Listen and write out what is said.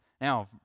Now